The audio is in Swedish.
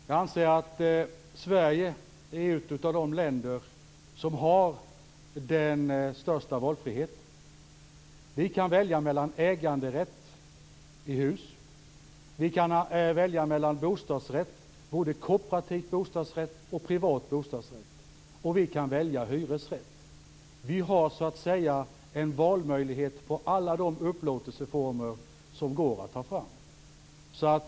Herr talman! Jag anser att Sverige är ett av de länder som har den största valfriheten. Vi kan välja mellan äganderätt i hus, kooperativ bostadsrätt, privat bostadsrätt och hyresrätt. Vi har en valmöjlighet på alla de upplåtelseformer som går att ta fram.